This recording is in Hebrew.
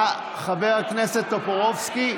חבר הכנסת טופורובסקי.